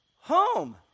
home